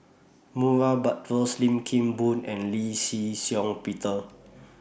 Murray Buttrose Lim Kim Boon and Lee Shih Shiong Peter